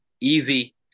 easy